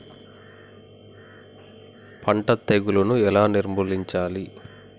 పంట తెగులుని ఎలా నిర్మూలించాలి?